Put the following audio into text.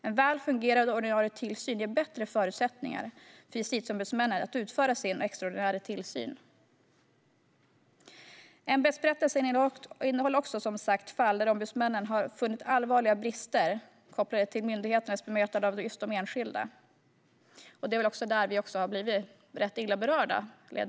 En väl fungerande ordinarie tillsyn ger bättre förutsättningar för justitieombudsmännen att utföra sin extraordinära tillsyn. Ämbetsberättelsen innehåller även ett antal fall där ombudsmännen har funnit allvarliga brister kopplade till myndigheternas bemötande av enskilda, och det är också där ledamöterna i utskottet har blivit rätt illa berörda.